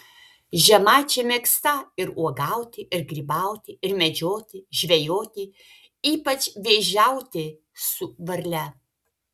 žemaičiai mėgstą ir uogauti ir grybauti ir medžioti žvejoti ypač vėžiauti su varle